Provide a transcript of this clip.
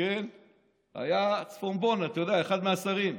היה צפונבון, אתה יודע, אחד מהשרים,